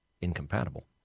incompatible